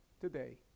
today